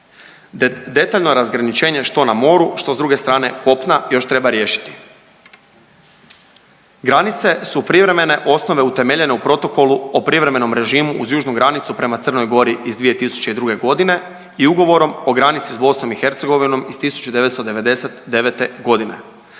Detaljno razgraničenje, što na moru, što s druge strane kopna još treba riješiti. Granice su privremene osnove utemeljene u Protokolu o privremenom režimu uz južnu granicu prema Crnoj Gori iz 2002. g. i Ugovorom o granici s BiH iz 1999. g.